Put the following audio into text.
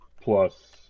plus